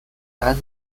来自